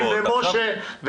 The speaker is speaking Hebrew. משה,